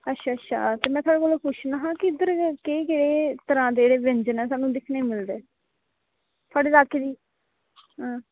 ते में थुआढ़े कोला पुच्छना हा कि केह् केह् करांदे न कि जेह्के स्हानू दिक्खनै गी मिलदे न थुआढ़े